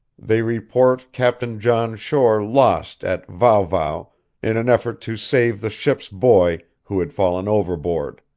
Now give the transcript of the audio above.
they report captain john shore lost at vau vau in an effort to save the ship's boy, who had fallen overboard.